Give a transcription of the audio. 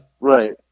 right